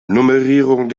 nummerierung